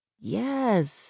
Yes